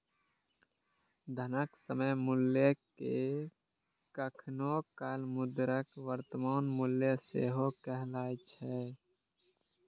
धनक समय मूल्य कें कखनो काल मुद्राक वर्तमान मूल्य सेहो कहल जाए छै